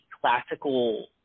classical